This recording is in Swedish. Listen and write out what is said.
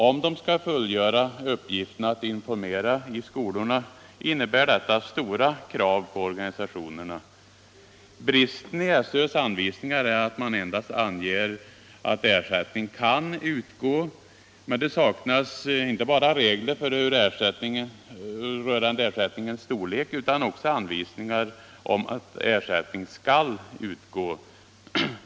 Om de skall fullgöra uppgitten att informera 1 skolorna innebär detta stora krav på organisationerna. Bristen i SÖ:s anvisningar är att man endast anger alv ersättning Aan utgå, men det saknas inte bara regler rörande ersättningens storlek utan också anvisningar om att ersättning skall utgå.